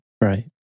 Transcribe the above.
Right